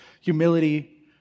humility